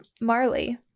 Marley